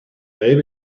baby